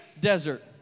desert